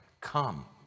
come